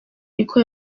niko